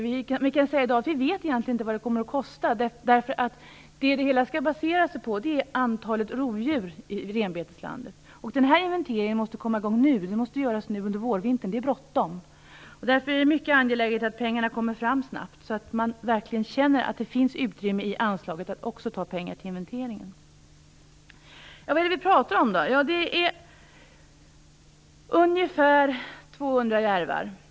Vi vet egentligen inte i dag vad det kommer att kosta. Systemet skall ju basera sig på antalet rovdjur i renbeteslandet, och den inventeringen måste komma i gång nu. Den måste göras nu under vårvintern - det är bråttom! Därför är det mycket angeläget att pengarna kommer fram snabbt, så att man känner att det finns utrymme i anslaget även till den här inventeringen. Vad är det då vi pratar om? Jo, det är för det första ungefär 200 järvar.